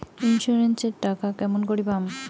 Insurance এর টাকা কেমন করি পাম?